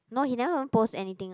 no he never even post anything